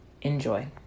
Enjoy